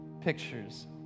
pictures